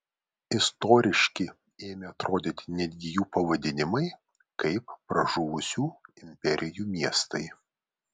istoriški ėmė atrodyti netgi jų pavadinimai kaip pražuvusių imperijų miestai